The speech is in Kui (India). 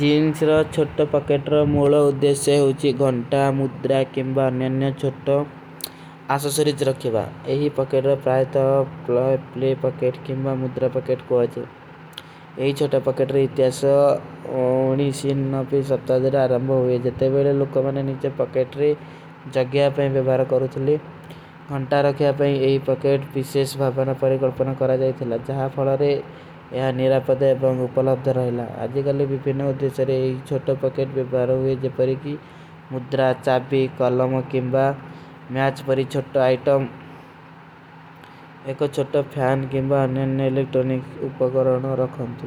ଜୀନ୍ସ ଚୋଟୋ ପକେଟ ରୋ ମୂଲ ଉଦ୍ଧେଶେ ହୋଚୀ ଗଂଟା, ମୁଦ୍ରା କେଂବା ନିଯନ୍ଯ ଚୋଟୋ ଆସସରିଜ ରଖେବା। ଯହୀ ପକେଟ ରୋ ପ୍ରାଯତା ପ୍ଲେପ୍ଲେ ପକେଟ କେଂବା ମୁଦ୍ରା ପକେଟ କୋ ଆଜେ। ଯହୀ ଚୋଟୋ ପକେଟ ରୋ ଇତ୍ଯାସ ଉନ୍ନୀସୋ ସତ୍ତାନଵେ ଅପ୍ତାଜର ଆରମ୍ବ ହୁଏ। ତେ ଵିଡେ ଲୁକମାନେ ନୀଚେ ପକେଟ ରେ ଜଗ୍ଯା ପାଈଂ ଵିଭାର କରୂଁ ଥୁଲେ। ଆଜେ ଗଲେ ବିପିନେ ଉଦେଶର ରେ ଯହୀ ଚୋଟୋ ପକେଟ ଵିଭାର ହୁଏ ଜେ ପରିକୀ ମୁଦ୍ରା, ଚାପୀ, କଲମ କେଂବା ମୈଚ ପରୀ ଚୋଟୋ ଆଇଟମ। ଏକ ଚୋଟୋ ଫ୍ଯାନ କେଂବା ନେନ ଏଲେକ୍ଟୋନିକ୍ସ ଉପଗରଣ ରଖନ ଥୁ।